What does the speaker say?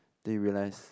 then you realise